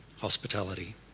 hospitality